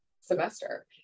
semester